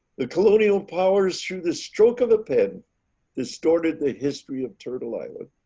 the colonial powers through the stroke of a pen distorted the history of turtle island.